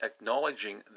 acknowledging